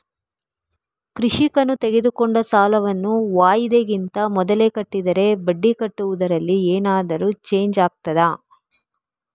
ಕೃಷಿಕನು ತೆಗೆದುಕೊಂಡ ಸಾಲವನ್ನು ವಾಯಿದೆಗಿಂತ ಮೊದಲೇ ಕಟ್ಟಿದರೆ ಬಡ್ಡಿ ಕಟ್ಟುವುದರಲ್ಲಿ ಏನಾದರೂ ಚೇಂಜ್ ಆಗ್ತದಾ?